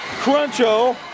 Cruncho